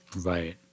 Right